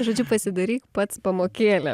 žodžiu pasidaryk pats pamokėlė